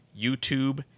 YouTube